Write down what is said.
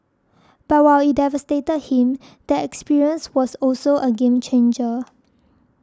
but while it devastated him the experience was also a game changer